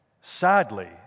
sadly